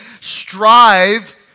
strive